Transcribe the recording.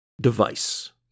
device